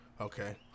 Okay